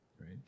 right